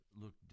looked